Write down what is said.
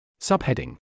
Subheading